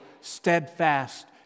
steadfast